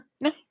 no